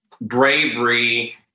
bravery